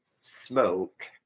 smoke